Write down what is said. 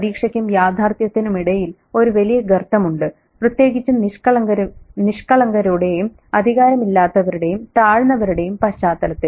പ്രതീക്ഷയ്ക്കും യാഥാർത്ഥ്യത്തിനുമിടയിൽ ഒരു വലിയ ഗർത്തമുണ്ട് പ്രത്യേകിച്ചും നിഷ്കളങ്കരുടെയും അധികാരം ഇല്ലാത്തവരുടെയും താഴ്ന്നവരുടെയും പശ്ചാത്തലത്തിൽ